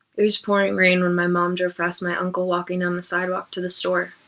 it was pouring rain when my mom drove past my uncle walking down the sidewalk to the store.